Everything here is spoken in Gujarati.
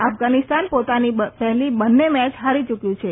અફઘાનીસ્તાન પોતાની પહેલી બંને મેચ હારી ચુકયું છે